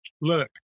Look